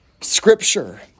Scripture